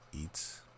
eats